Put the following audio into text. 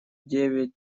девять